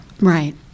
Right